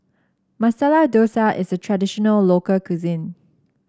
Masala Dosa is a traditional local cuisine